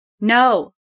No